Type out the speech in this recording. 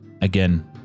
again